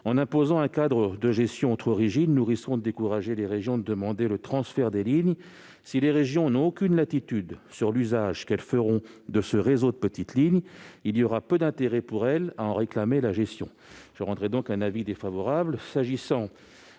en imposant un cadre de gestion trop rigide, nous risquerions de décourager les régions de demander le transfert des lignes. Si les régions ne disposent d'aucune latitude quant à l'usage qu'elles feront de ce réseau de petites lignes, elles auront peu d'intérêt à en réclamer la gestion. Par conséquent, l'avis de notre